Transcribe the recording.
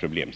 problemen.